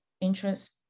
interest